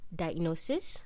diagnosis